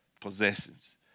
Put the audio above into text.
possessions